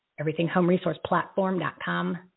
everythinghomeresourceplatform.com